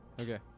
Okay